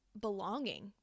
belonging